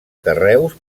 carreus